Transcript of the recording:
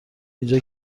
اینجا